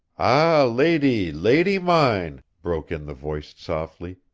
ah lady, lady mine, broke in the voice softly,